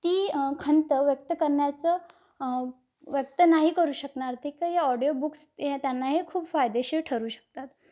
ती खंत व्यक्त करण्याचं व्यक्त नाही करू शकणार ते काही ऑडिओ बुक्स ते त्यांना हे खूप फायदेशीर ठरू शकतात